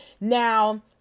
Now